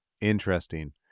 Interesting